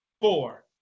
Four